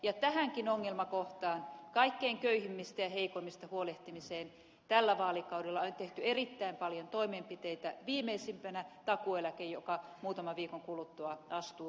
ja tähänkin ongelmakohtaan kaikkein köyhimmistä ja heikoimmista huolehtimiseen tällä vaalikaudella on tehty erittäin paljon toimenpiteitä viimeisimpänä takuueläke joka muutaman viikon kuluttua astuu voimaan